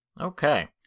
Okay